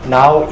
now